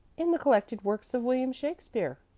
in the collected works of william shakespeare,